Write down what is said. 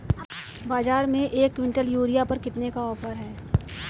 बाज़ार में एक किवंटल यूरिया पर कितने का ऑफ़र है?